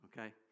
okay